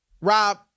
Rob